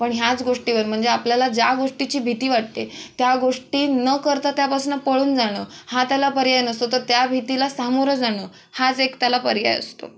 पण ह्याच गोष्टीवर म्हणजे आपल्याला ज्या गोष्टीची भीती वाटते त्या गोष्टी न करता त्या पासूनं पळून जाणं हा त्याला पर्याय नसतो तर त्या भितीला सामोरे जाणं हाच एक त्याला पर्याय असतो